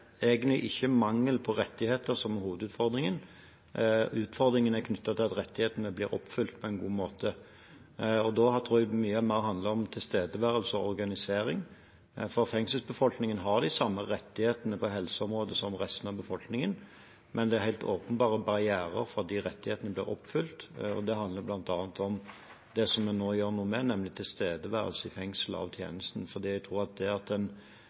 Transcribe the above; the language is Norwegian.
er knyttet til om rettighetene blir fulgt opp på en god måte. Da tror jeg det handler mye mer om tilstedeværelse og organisering, for fengselsbefolkningen har de samme rettighetene på helseområdet som resten av befolkningen, men det er helt åpenbare barrierer for at de rettighetene blir oppfylt. Det handler bl.a. om det som vi nå gjør noe med, nemlig tilstedeværelse av tjenesten i fengselet, for jeg tror at det krever såpass mye, også av kriminalomsorgen, å sørge for at fengselsbefolkningen får sin helsetjeneste, og det er en